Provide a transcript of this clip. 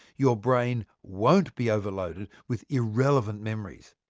your brain won't be overloaded with irrelevant memories.